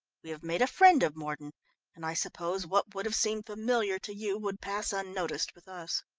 we have made a friend of mordon and i suppose what would have seemed familiar to you, would pass unnoticed with us.